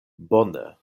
bone